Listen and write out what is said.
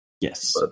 Yes